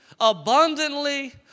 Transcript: abundantly